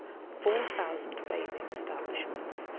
four thousand bathing establishments,